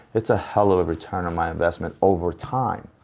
it's a hell of a return on my investment, overtime.